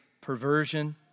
perversion